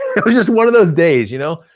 just one of those days, you know.